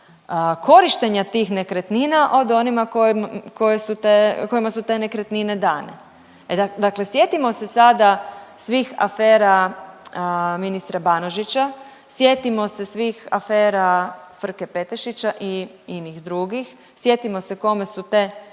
korištenja tih nekretnina od onima kojima su te nekretnine dane. Dakle, sjetimo se sada svih afera ministra BAnožića, sjetimo se svih afera Frke Petešića i inih drugih, sjetimo se kome su te